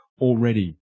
already